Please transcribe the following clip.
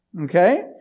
Okay